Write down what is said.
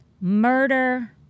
murder